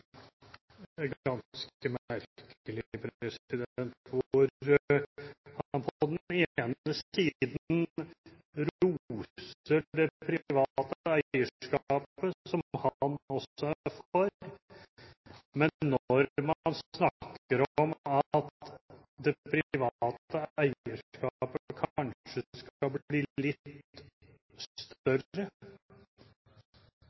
ganske merkelig, hvor han på den ene siden roser det private eierskapet som han også er for, men når man snakker om at det private eierskapet kanskje skal bli litt